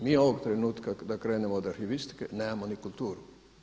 Mi ovog trenutka da krenemo od arhivistike nemamo ni kulturu.